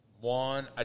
One